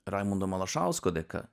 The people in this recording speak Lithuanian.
raimundo malašausko dėka